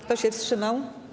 Kto się wstrzymał?